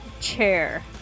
chair